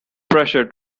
pressure